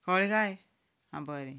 कळ्ळें काय